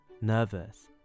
nervous